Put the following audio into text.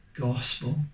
gospel